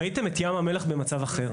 ראיתם את ים המלח במצב אחר.